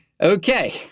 Okay